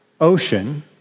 Ocean